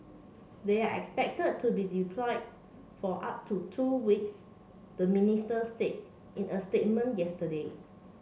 they are expected to be deployed for up to two weeks the said in a statement yesterday